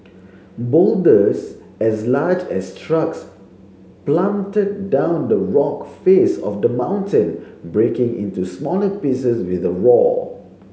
boulders as large as trucks plummeted down the rock face of the mountain breaking into smaller pieces with a roar